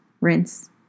rinse